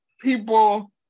people